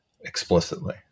explicitly